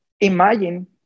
imagine